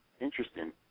interesting